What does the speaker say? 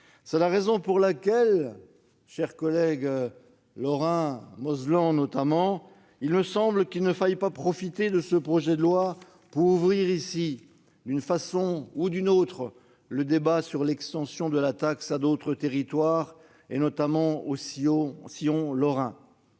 C'est la raison pour laquelle, mes chers collègues lorrains, en particulier mosellans, il me semble qu'il ne faut pas profiter de ce projet de loi pour ouvrir, d'une façon ou d'une autre, le débat sur l'extension de la taxe à d'autres territoires, notamment au sillon lorrain.